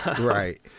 Right